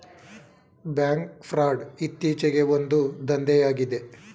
bank fraud ಇತ್ತೀಚೆಗೆ ಒಂದು ದಂಧೆಯಾಗಿದೆ